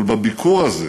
אבל בביקור הזה